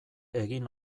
egin